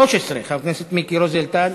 של חבר הכנסת מיקי רוזנטל.